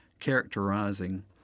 Characterizing